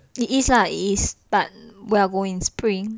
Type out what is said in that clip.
it is lah it is but we're going in spring